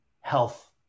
health